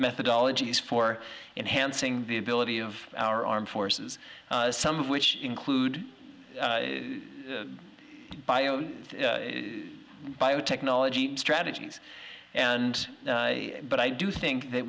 methodology for enhancing the ability of our armed forces some of which include bio bio technology strategies and but i do think that